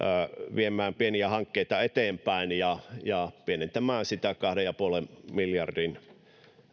viemään pieniä hankkeita eteenpäin ja ja pienentämään sitä kahden pilkku viiden miljardin